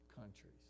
countries